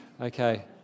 Okay